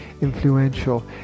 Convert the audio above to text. influential